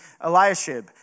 Eliashib